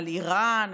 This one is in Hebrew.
על איראן,